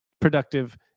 productive